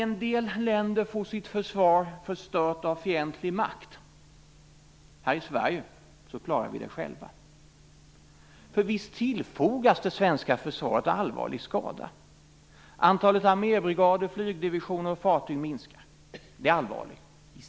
En del länder får sitt försvar förstört av fientlig makt. Här i Sverige klarar vi det själva. För visst tillfogas det svenska försvaret allvarlig skada. Antalet armébrigader, flygdivisioner och fartyg minskar. Det är allvarligt i sig.